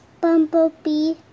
Bumblebee